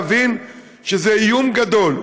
להבין שזה איום גדול,